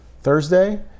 Thursday